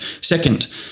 Second